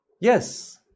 Yes